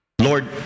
Lord